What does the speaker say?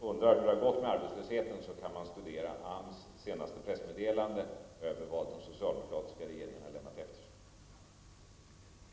Undrar man hur det har gått med arbetslösheten kan man studera AMS senaste pressmeddelande om vad den socialdemokratiska regeringen har lämnat efter sig.